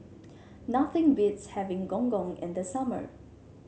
nothing beats having Gong Gong in the summer